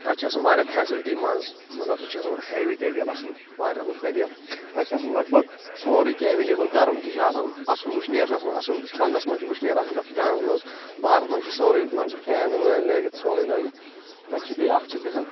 تَتھ چھِ آسان واریاہ فیسَلٹی منٛز مطلب سُہ چھِ آسان ہیوی تبیل اَصٕل واریاہ رُت تبیل تَتہِ چھِ آسان لگ بگ سورُے کینٛہہ اٮ۪ویلیبٕل گَرَم تہِ چھُ آسان اَصٕل وٕشنیر چھُ آسان اَصٕل وَندَس منٛز چھُ وٕشنیر آسان تَتھ گانَس منٛز بہارس منٛز چھِ سورُے مان ژٕ فین وین لٲگِتھ سورُے لٲگِتھ تَتہِ چھِ بیٚیہِ اَکھ چیٖز گژھان